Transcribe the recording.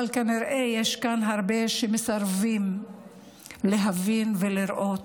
אבל כנראה יש כאן הרבה שמסרבים להבין ולראות: